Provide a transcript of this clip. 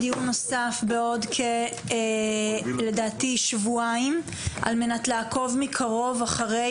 בעוד כשבועיים אנחנו נקיים דיון נוסף על מנת לעקוב מקרוב אחרי